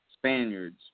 Spaniards